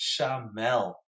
Shamel